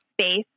space